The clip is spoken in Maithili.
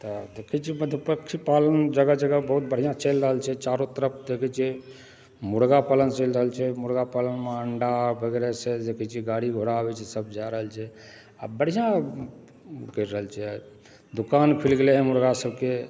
तऽ किछु मतलब पक्षी पालन जगह जगह बहुत बढ़िआँ चलि रहल छै चारू तरफ देखै छियै मुर्गा पालन चलि रहल छै मुर्गा पालनमे अण्डा वगैरहसंँ जे कहै छै गाड़ी घोड़ा आबय छै सब जा रहल छै आ बढ़िआँ करि रहल छै दुकान खुलि गेलै हँ मुर्गा सबकेँ